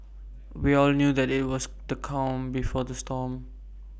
we all knew that IT was the calm before the storm